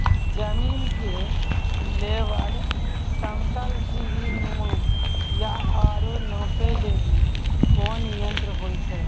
जमीन के लेवल समतल सीढी नुमा या औरो नापै लेली कोन यंत्र होय छै?